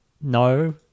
No